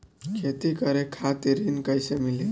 खेती करे खातिर ऋण कइसे मिली?